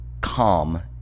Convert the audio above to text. calm